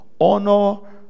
Honor